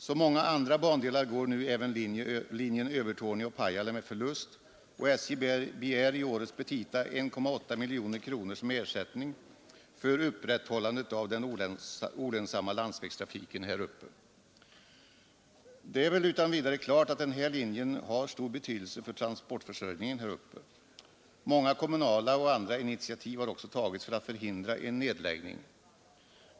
Som många andra bandelar går nu även linjen Övertorneå —Pajala med förlust, och SJ begär i årets petita 1,8 miljoner kronor som ersättning för upprätthållande av den olönsamma landsvägstrafiken här uppe. Det är väl utan vidare klart att den här linjen har stor betydelse för transportförsörjningen i området där uppe. Många kommunala och andra initiativ har också tagits för att förhindra en nedläggning.